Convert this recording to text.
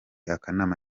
akanama